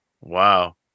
Wow